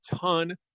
ton